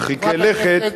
להרחיק לכת.